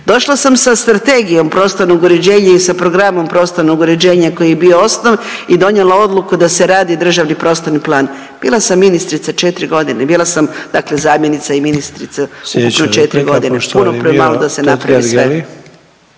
Došla sam sa strategijom prostornog uređenja i sa programom prostornog uređenja koji je bio osnov i donijela odluku da se radi državni prostorni plan. Bila sam ministrica 4 godine, bila sam dakle zamjenica i ministrica ukupno 4 godine. Puno premalo da se napravi sve.